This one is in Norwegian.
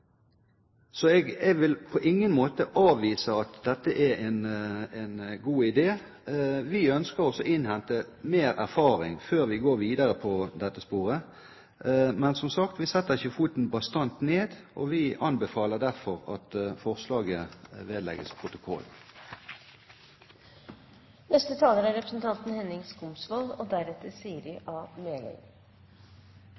Jeg vil på ingen måte avvise at dette er en god idé. Vi ønsker å innhente mer erfaring før vi går videre på dette sporet. Men, som sagt, vi setter ikke foten bastant ned, og vi anbefaler derfor at forslaget vedlegges